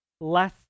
less